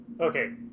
Okay